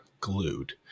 glued